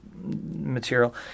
material